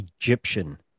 Egyptian